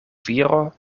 viro